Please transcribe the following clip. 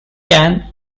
can